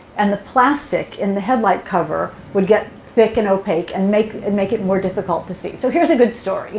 and the plastic in the headlight cover would get thick and opaque and make it make it more difficult to see. so here's a good story.